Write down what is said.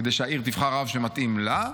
כדי שהעיר תבחר רב שמתאים לה.